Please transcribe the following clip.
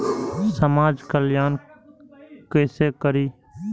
समाज कल्याण केसे करी?